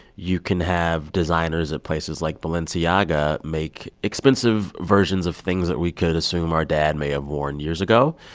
you can have designers at places like balenciaga make expensive versions of things that we could assume our dad may have worn years ago.